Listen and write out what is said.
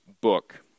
book